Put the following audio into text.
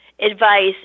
advice